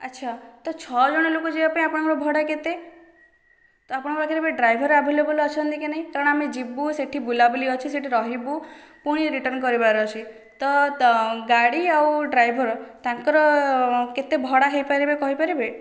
ଆଚ୍ଛା ତ ଛଅଜଣ ଲୋକ ଯିବାପାଇଁ ଆପଣଙ୍କ ଭଡା କେତେ ତ ଆପଣଙ୍କ ପାଖରେ ଏବେ ଡ୍ରାଇଭର ଆଭେଲେବଲ ଅଛନ୍ତି କି ନାହିଁ କାରଣ ଆମେ ଯିବୁ ସେଠି ବୁଲାବୁଲି ଅଛି ସେଠି ରହିବୁ ପୁଣି ରିଟର୍ଣ୍ଣ କରିବାର ଅଛି ତ ଗାଡି ଆଉ ଡ୍ରାଇଭର ତାଙ୍କର କେତେ ଭଡା ହୋଇପାରିବେ କହିପାରିବେ